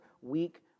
weak